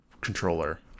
controller